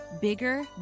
Bigger